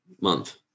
month